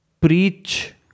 preach